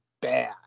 bad